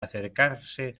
acercarse